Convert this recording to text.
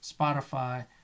Spotify